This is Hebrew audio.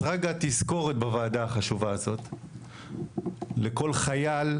אז רגע תזכורת בוועדה החשובה הזאת לכל חייל,